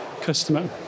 customer